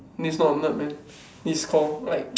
this not a nerd man this is call like